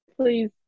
Please